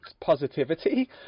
positivity